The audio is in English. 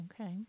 Okay